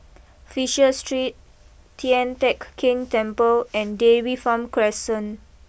Fisher Street Tian Teck Keng Temple and Dairy Farm Crescent